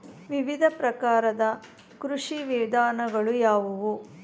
ವಿವಿಧ ಪ್ರಕಾರದ ಕೃಷಿ ವಿಧಾನಗಳು ಯಾವುವು?